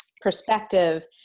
perspective